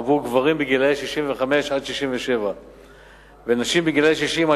עבור גברים גילאי 65 67 ונשים בגילים 60 64,